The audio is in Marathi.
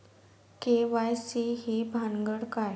के.वाय.सी ही भानगड काय?